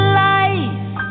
life